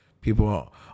people